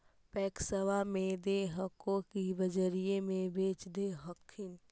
पैक्सबा मे दे हको की बजरिये मे बेच दे हखिन?